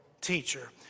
teacher